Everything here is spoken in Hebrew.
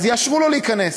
אז יאשרו לו להיכנס.